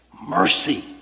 mercy